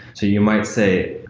so you might say,